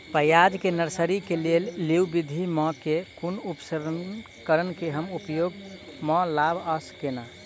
प्याज केँ नर्सरी केँ लेल लेव विधि म केँ कुन उपकरण केँ हम उपयोग म लाब आ केना?